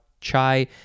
chai